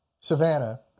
Savannah